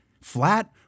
Flat